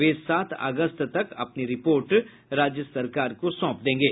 वे सात अगस्त तक अपनी रिपोर्ट राज्य सरकार को सौंपेंगे